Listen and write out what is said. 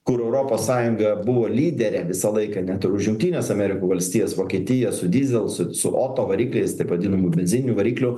kur europos sąjunga buvo lyderė visą laiką net ir už jungtines amerikų valstijas vokietija su dyzel su su oto varikliais taip vadinamų benzininių variklių